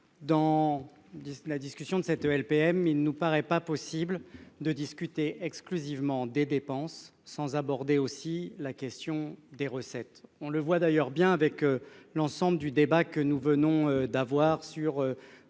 Dans. La discussion de cette LPM. Il ne nous paraît pas possible de discuter exclusivement des dépenses sans aborder aussi la question des recettes. On le voit d'ailleurs bien avec l'ensemble du débat que nous venons d'avoir sur